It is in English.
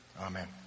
amen